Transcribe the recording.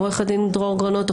עורך הדין דרור גרנית,